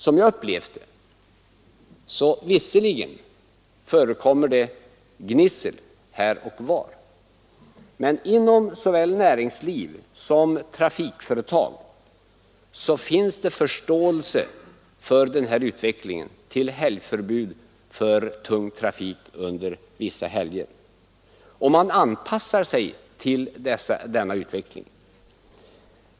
Som jag upplevt det förekommer visserligen gnissel här och var på grund av det förbudet, men inom såväl näringsliv som trafikföretag finns det förståelse för en utveckling mot förbud för tung trafik under vissa helger, och man anpassar sig också till denna utveckling.